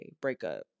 breakup